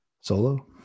solo